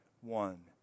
one